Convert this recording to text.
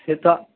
সেটা